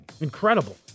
incredible